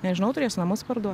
nežinau turėsiu namus parduot